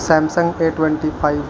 Samsung a twenty five